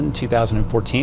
2014